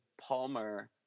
Palmer